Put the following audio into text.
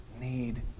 need